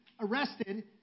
arrested